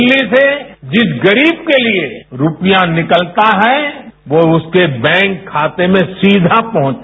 दिल्ली से जिस गरीब के लिए रूपया निकलता है वो उसके बैंक खाते में सीधा पहुंचता है